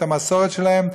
את המסורת שלהם,